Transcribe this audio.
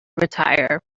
retire